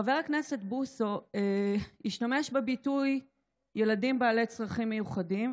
חבר הכנסת בוסו השתמש בביטוי "ילדים בעלי צרכים מיוחדים",